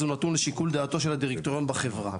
הוא נתון לשיקול דעתו של הדירקטוריון בחברה.